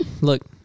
Look